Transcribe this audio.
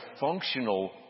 functional